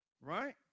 Right